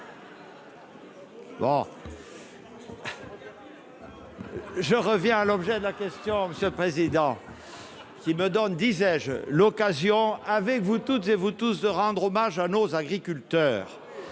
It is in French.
Je reviens à l'objet de la question, Monsieur le Président, qui me donne, disais-je l'occasion avec vous toutes et vous tous de rendre hommage à nos agriculteurs.